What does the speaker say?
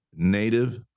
Native